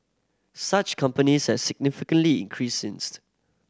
such companies have significantly increased since